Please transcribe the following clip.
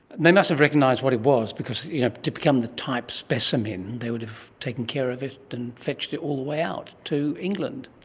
they must have recognised what it was because yeah to become the type specimen they would have taken care of it and fetched it all the way out to england.